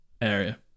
area